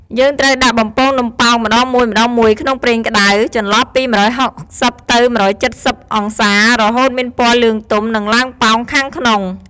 យើងត្រូវដាក់បំពងនំប៉ោងម្ដងមួយៗក្នុងប្រេងក្តៅ ចន្លោះពី ១៦០ ទៅ ១៧០ អង្សា រហូតមានពណ៌លឿងទុំ និងឡើងប៉ោងខាងក្នុង។